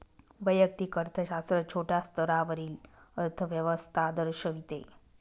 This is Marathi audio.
वैयक्तिक अर्थशास्त्र छोट्या स्तरावरील अर्थव्यवस्था दर्शविते